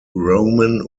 roman